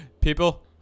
people